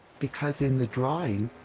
because in the drawing,